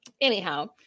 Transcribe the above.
anyhow